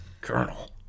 Colonel